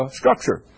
structure